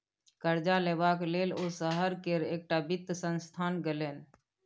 करजा लेबाक लेल ओ शहर केर एकटा वित्त संस्थान गेलनि